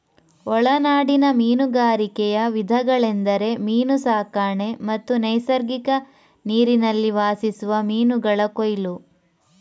ಒಳನಾಡಿನ ಮೀನುಗಾರಿಕೆಯ ವಿಧಗಳೆಂದರೆ ಮೀನು ಸಾಕಣೆ ಮತ್ತು ನೈಸರ್ಗಿಕ ನೀರಿನಲ್ಲಿ ವಾಸಿಸುವ ಮೀನುಗಳ ಕೊಯ್ಲು